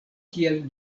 kiel